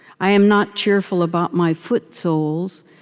i am not cheerful about my foot soles,